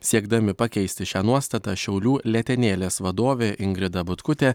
siekdami pakeisti šią nuostatą šiaulių letenėlės vadovė ingrida butkutė